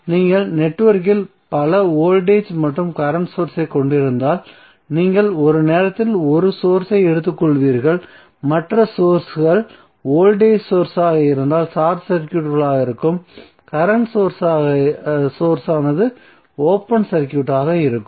நீங்கள் நெட்வொர்க்கில் பல வோல்டேஜ் மற்றும் கரண்ட் சோர்ஸ் ஐ கொண்டிருந்தால் நீங்கள் ஒரு நேரத்தில் ஒரு சோர்ஸ் ஐ எடுத்துக்கொள்வீர்கள் மற்ற சோர்ஸ்கள் வோல்டேஜ் சோர்ஸ்களாக இருந்தால் ஷார்ட் சர்க்யூட்களாக இருக்கும் கரண்ட் சோர்ஸ் ஆனது ஓபன் சர்க்யூட்களாக இருக்கும்